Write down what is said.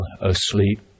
asleep